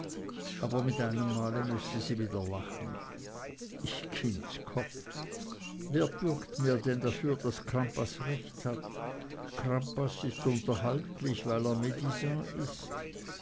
aber mit einem male mußte sie wieder lachen ich kindskopf wer bürgt mir denn dafür daß crampas recht hat crampas ist unterhaltlich weil er medisant ist